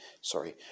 Sorry